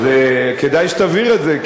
אז כדאי שתבהיר את זה,